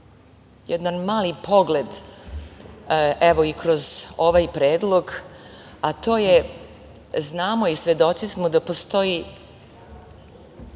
jedan mali pogled, evo i kroz ovaj predlog, a to je da znamo i svedoci smo da postoji